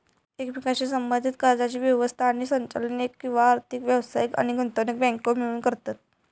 एकमेकांशी संबद्धीत कर्जाची व्यवस्था आणि संचालन एक किंवा अधिक व्यावसायिक आणि गुंतवणूक बँको मिळून करतत